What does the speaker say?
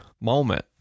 moment